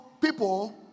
people